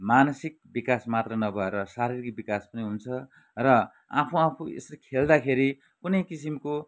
मानसिक विकास मात्र नभएर शारीरिक विकास पनि हुन्छ र आफू आफू यसरी खेल्दाखेरि कुनै किसिमको